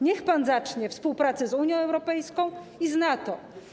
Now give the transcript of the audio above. Niech pan zacznie współpracę z Unią Europejską i z NATO.